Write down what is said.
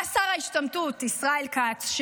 בא שר ההשתמטות ישראל כץ,